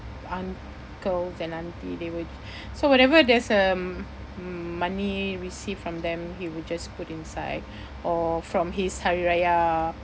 uncles and aunty they will so whenever there's um money received from them he will just put inside or from his hari raya